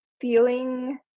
feeling